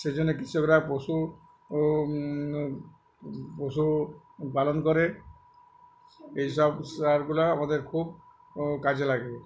সেই জন্যে কৃষকরা পশু ও পশু পালন করে এই সব সারগুলো আমাদের খুব কাজে লাগে